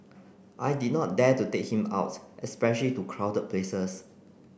I did not dare to take him out especially to crowded places